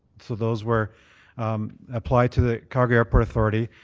so those were applied to the calgary airport authority.